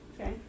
Okay